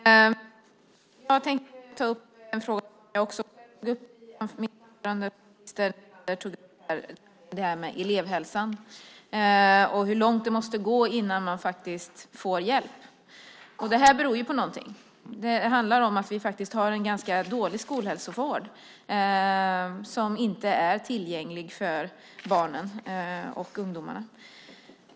Fru talman! Jag tänker ta upp en fråga som jag tog upp i mitt anförande. Det handlar om elevhälsan och hur långt det måste gå innan man får hjälp. Det här beror på någonting. Det handlar om att vi har en ganska dålig skolhälsovård som inte är tillgänglig för barnen och ungdomarna.